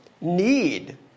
need